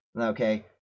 okay